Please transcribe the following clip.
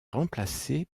remplacé